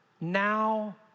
now